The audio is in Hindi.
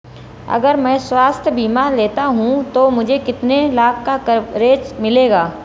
अगर मैं स्वास्थ्य बीमा लेता हूं तो मुझे कितने लाख का कवरेज मिलेगा?